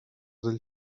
del